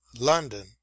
london